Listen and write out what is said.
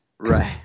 Right